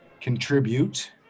contribute